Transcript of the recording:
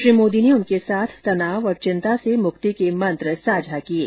श्री मोदी ने उनके साथ तनाव और चिंता से मुक्ति के मंत्र साझा किये